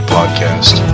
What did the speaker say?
Podcast